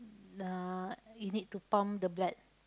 uh you need to pump the blood